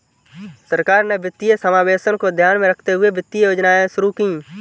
सरकार ने वित्तीय समावेशन को ध्यान में रखते हुए वित्तीय योजनाएं शुरू कीं